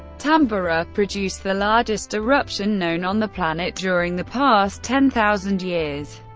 tambora produced the largest eruption known on the planet during the past ten thousand years.